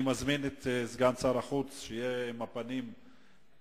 אני מזמין את סגן שר החוץ, שיהיה עם הפנים לשואל.